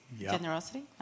generosity